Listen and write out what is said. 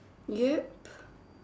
yup